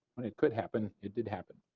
when it could happen, it did happen.